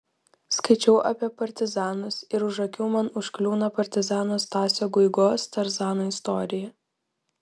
skaičiau apie partizanus ir už akių man užkliūna partizano stasio guigos tarzano istorija